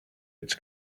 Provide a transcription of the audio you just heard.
its